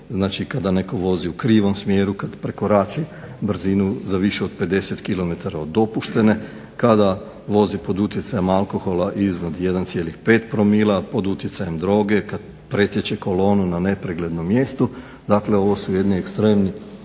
kada netko vozi u krivom smjeru, kad prekorači brzinu za više od 50 km od dopuštene, kada vozi pod utjecajem alkohola iznad 1,5 promila pod utjecajem droge, kad pretječe kolonu na nepreglednom mjestu. Dakle, ovo su jedni ekstremni